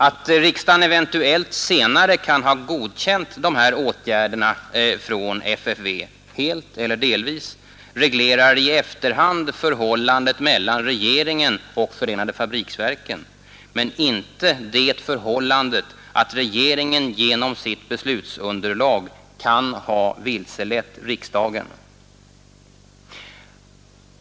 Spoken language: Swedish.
Att riksdagen eventuellt senare kan ha godkänt dessa åtgärder av FFV, helt eller delvis, reglerar i efterhand förhållandet mellan regeringen och förenade fabriksverken men inte det förhållandet att regeringen genom sitt beslutsunderlag kan ha vilselett riksdagen.